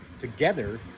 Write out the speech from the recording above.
together